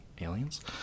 aliens